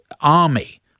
army